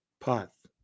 path